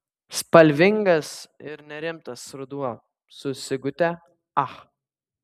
spalvingas ir nerimtas ruduo su sigute ach